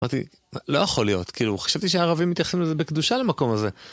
לא יכול להיות, כאילו, חשבתי שהערבים מתייחסים לזה בקדושה למקום הזה.